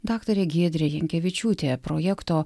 daktarė giedrė jankevičiūtė projekto